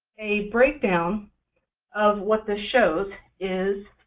a breakdown of what this shows is